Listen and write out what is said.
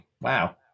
wow